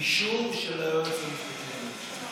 אישור של היועץ המשפטי לממשלה.